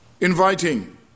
inviting